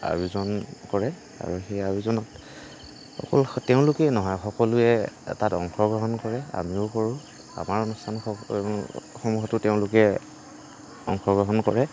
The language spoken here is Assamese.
আয়োজন কৰে আৰু সেই আয়োজনত অকল তেওঁলোকেই নহয় সকলোৱে তাত অংশগ্ৰহণ কৰে আমিও কৰোঁ আমাৰ অনুস্থান সম সমূহতো তেওঁলোকে অংশগ্ৰহণ কৰে